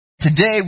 Today